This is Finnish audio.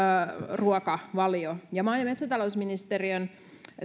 ruokavalio maa ja metsätalousministeriön